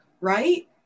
Right